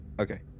Okay